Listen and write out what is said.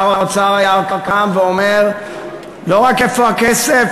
שר האוצר היה קם ואומר לא רק "איפה הכסף?",